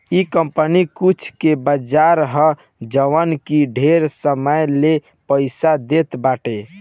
इ कंपनी कुल के बाजार ह जवन की ढेर समय ले पईसा देत बाटे